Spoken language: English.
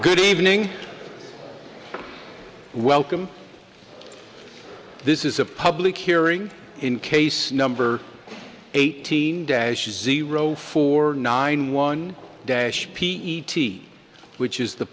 good evening welcome this is a public hearing in case number eighteen dash is zero for nine one day p t which is the